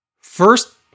First